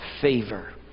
favor